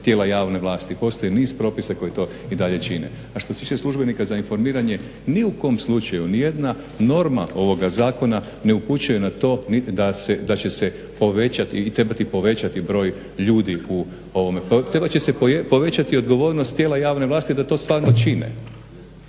tijela javne vlasti, postoji niz propisa koji to i dalje čine. A što se tiče službenika za informiranje, ni u kom slučaju nijedna norma ovoga zakona ne upućuje na to da će se povećati i trebati povećati broj ljudi u ovom. Trebat će se povećati odgovornost tijela javne vlasti da to stvarno čine.